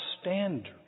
standard